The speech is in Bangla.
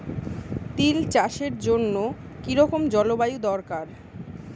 তিল চাষের জন্য কি রকম জলবায়ু দরকার?